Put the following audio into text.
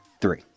three